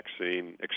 vaccine